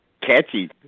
Catchy